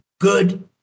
good